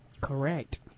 Correct